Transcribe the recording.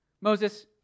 Moses